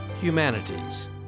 Humanities